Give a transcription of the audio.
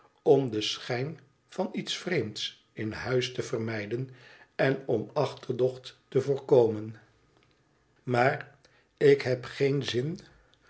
den schijn van iets vreemds in huis te vermijden en om achterdocht te voorkomen maar ik heb geen zin